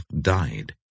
died